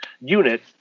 unit